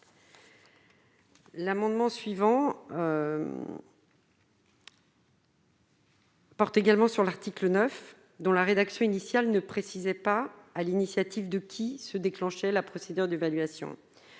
L'amendement suivant. Porte également sur l'article 9 dont la rédaction initiale ne précisait pas, à l'initiative de qui se déclenchait la procédure d'évaluation